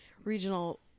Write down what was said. Regional